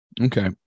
Okay